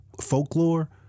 folklore